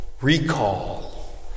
recall